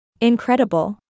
Incredible